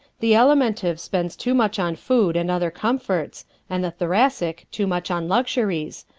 the alimentive spends too much on food and other comforts and the thoracic too much on luxuries,